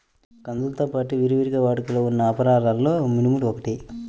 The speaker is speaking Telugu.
కందులతో పాడు విరివిగా వాడుకలో ఉన్న అపరాలలో మినుములు ఒకటి